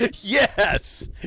Yes